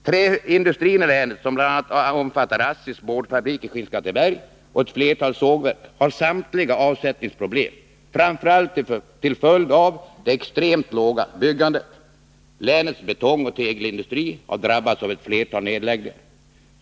Träindustrin i länet som bl.a. omfattar ASSI:s boardfabrik i Skinnskatteberg och ett flertal sågverk har samtliga avsättningsproblem, framför allt till följd av det extremt låga byggandet. Länets betongoch tegelindustri har drabbats av ett flertal nedläggningar.